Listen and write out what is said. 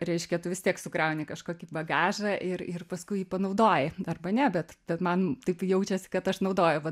reiškia tu vis tiek sukrauni kažkokį bagažą ir ir paskui jį panaudoji arba ne bet tad man taip jaučiasi kad aš naudoju va